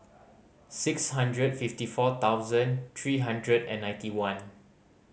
six hundred fifty four thousand three hundred and ninety one